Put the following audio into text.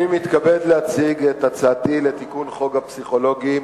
אני מתכבד להציג את הצעתי לתיקון חוק הפסיכולוגים,